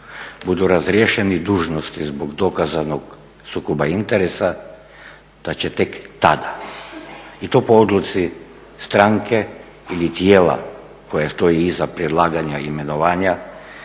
budu razriješeni dužnosti zbog dokazanog sukoba interesa da će tek tada i to po odluci stranke ili tijela koje stoji iza predlaganja i imenovanja,